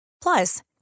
Plus